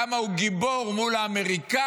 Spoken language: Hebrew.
כמה הוא גיבור מול האמריקאים,